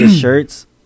shirts